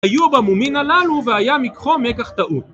היו בה מומין הללו והיה מיקרו מקח טעות